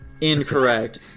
Incorrect